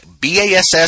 BASS